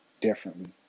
differently